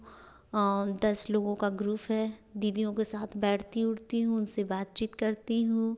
दस लोगों का ग्रुफ़ है दीदियों के साथ बैठती उठती हूँ उनसे बातचीत करती हूँ